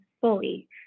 fully